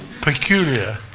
Peculiar